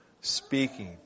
speaking